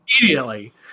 immediately